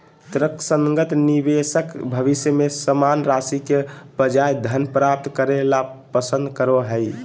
तर्कसंगत निवेशक भविष्य में समान राशि के बजाय धन प्राप्त करे ल पसंद करो हइ